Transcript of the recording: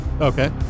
Okay